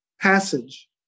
passage